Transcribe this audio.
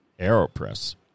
Aeropress